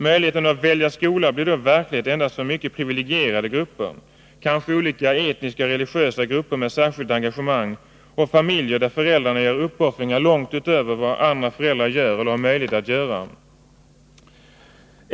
Möjligheten att välja skola blir då verklighet endast för mycket privilegierade grupper, kanske olika etniska och religiösa grupper med särskilda engagemang och familjer där föräldrarna gör uppoffringar långt utöver vad andra föräldrar gör eller kan göra.